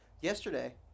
Yesterday